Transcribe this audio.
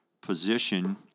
position